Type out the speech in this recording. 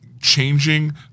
changing